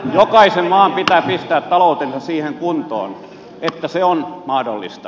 jokaisen maan pitää pistää taloutensa siihen kuntoon että se on mahdollista